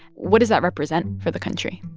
what does that represent for the country?